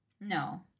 no